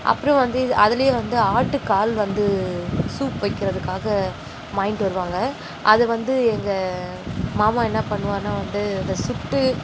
அப்புறம் வந்து இது அதுலேயே வந்து ஆட்டுக்கால் வந்து சூப் வைக்கிறதுக்காக வாய்ன்கிட்டு வருவாங்க அதை வந்து எங்கள் மாமா என்ன பண்ணுவாருனா வந்து அதை சுட்டு